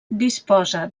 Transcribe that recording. disposa